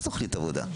מה זה תוכנית עבודה?